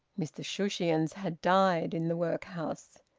mr shushions had died in the workhouse,